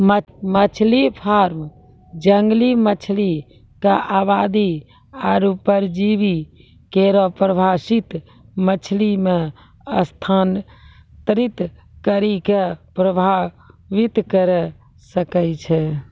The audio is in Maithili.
मछरी फार्म जंगली मछरी क आबादी आरु परजीवी केरो प्रवासित मछरी म स्थानांतरित करि कॅ प्रभावित करे सकै छै